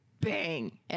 bang